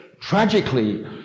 tragically